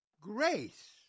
grace